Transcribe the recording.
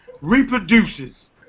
reproduces